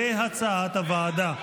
כהצעת הוועדה.